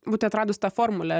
būti atradus tą formulę